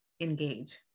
engage